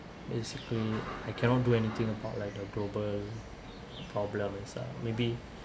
basically I cannot do anything about like a global problems lah maybe